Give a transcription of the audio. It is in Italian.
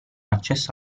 accesso